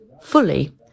fully